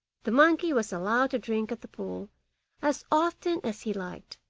the monkey was allowed to drink at the pool as often as he liked,